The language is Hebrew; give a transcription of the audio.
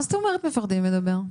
מה זאת אומרת מפחדים לדבר?